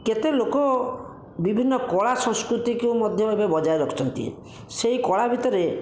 କେତେ ଲୋକ ବିଭିନ୍ନ କଳା ସଂସ୍କୃତିକୁ ମଧ୍ୟ ଏବେ ବଜାୟ ରଖିଛନ୍ତି ସେହି କଳା ଭିତରେ